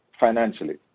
financially